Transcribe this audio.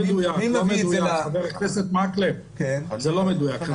חבר הכנסת מקלב, זה לא מדויק.